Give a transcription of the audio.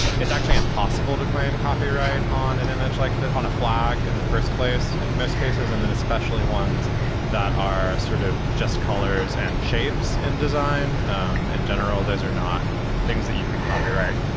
it's actually impossible to claim copyright on an image like that on a flag in the first place. and most cases, and then especially ones that are sort of just colors and shapes and design um in general, those are not things that you can copyright.